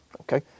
Okay